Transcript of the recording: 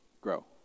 grow